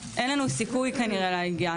אין לנו סיכוי כנראה להגיע,